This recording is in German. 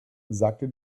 sagte